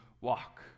walk